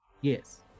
Yes